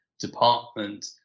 department